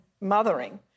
mothering